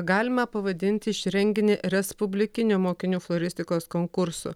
galime pavadinti šį renginį respublikiniu mokinių floristikos konkursu